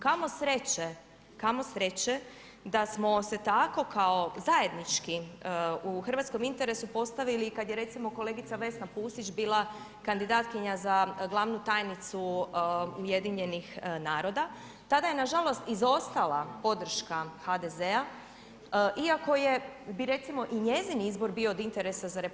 Kamo sreće, kamo sreće da smo se tako kao zajednički u hrvatskom interesu postavili i kad je recimo kolegica Vesna Pusić bila kandidatkinja za glavnu tajnicu UN-a tada je nažalost izostala podrška HDZ-a iako je, bi recimo i njezin izbor bio od interesa za RH.